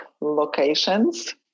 locations